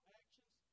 actions